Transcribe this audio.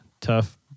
tough